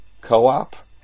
co-op